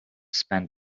spend